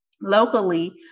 locally